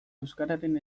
euskararen